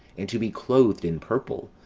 and to be clothed in purple,